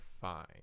fine